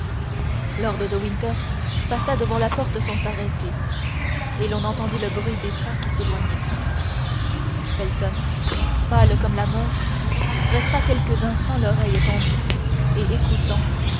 lord de winter passa devant la porte sans s'arrêter et l'on entendit le bruit des pas qui s'éloignaient felton pâle comme la mort resta quelques instants l'oreille tendue et écoutant